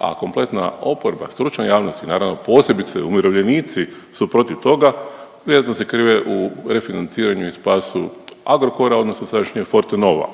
a kompletna oporba, stručna javnost i naravno posebice umirovljenici su protiv toga ujedno se … u refinanciranju i spasu Agrokora odnosno sadašnje Fortenova.